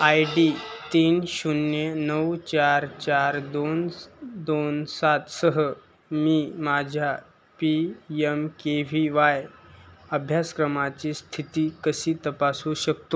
I D तीन शून्य नऊ चार चार दोन दोन सात सह मी माझ्या P M K V Y अभ्यासक्रमाची स्थिती कशी तपासू शकतो